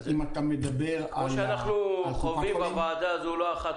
אם אתה מדבר על קופת החולים --- כמו שאנחנו חווים בוועדה הזו לא אחת,